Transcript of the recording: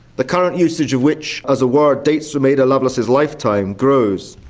the current usage of which as a word dates from ada lovelace's lifetime grows.